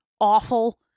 awful